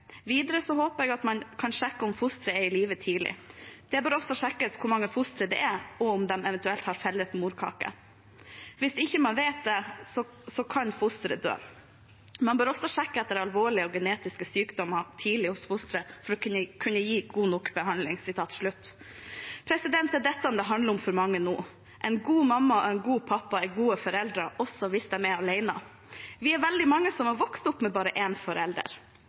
Videre håper jeg at man kan sjekke om fosteret er i live tidlig. Det bør også sjekkes hvor mange fostre det er, og om de eventuelt har felles morkake. Hvis ikke man vet det, kan fosteret dø. Man bør også sjekke etter alvorlige og genetiske sykdommer tidlig hos fosteret for å kunne gi god nok behandling. Det er dette det handler om for mange nå. En god mamma og en god pappa er gode foreldre, også hvis de er alene. Vi er veldig mange som har vokst opp med bare en forelder.